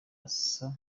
asa